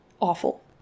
awful